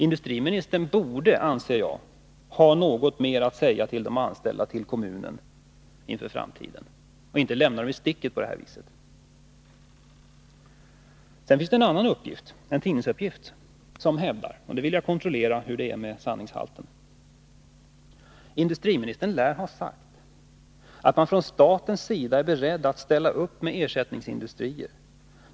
Industriministern borde, anser jag, ha något mer att säga till de anställda och kommunen inför framtiden och inte lämna dem i sticket på detta vis. Det finns också en tidningsuppgift som jag vill kontrollera sanningshalten i. Industriministern lär ha sagt att man från statens sida är beredd att ställa upp med ersättningsindustrier.